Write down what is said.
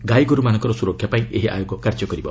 ଗାଈଗୋରୁମାନଙ୍କ ସୁରକ୍ଷା ପାଇଁ ଏହି ଆୟୋଗ କାର୍ଯ୍ୟ କରିବ